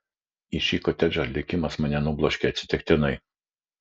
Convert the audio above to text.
į šį kotedžą likimas mane nubloškė atsitiktinai